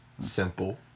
simple